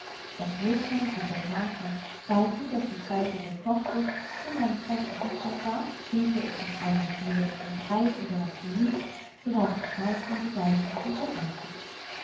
das würstlein blieb beim hafen sahe zu daß die speise wohl kochte und wann es bald essenszeit war schlingte es sich ein mal viere durch den brei oder das gemüß so war es geschmalzen gesalzen und bereitet